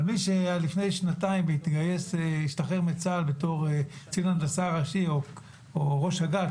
אבל מי שלפני שנתיים השתחרר מצה"ל בתור קצין הנדסה ראשי או ראש אג"ת,